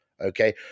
Okay